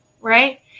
right